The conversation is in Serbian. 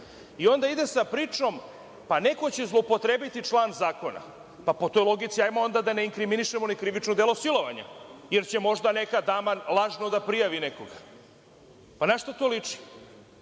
i onda ide sa pričom – pa neko će zloupotrebiti član zakona. Po toj logici hajde da ne inkriminišemo krivično delo – silovanje jer će možda neka dama lažno da prijavi nekoga. Na šta to liči?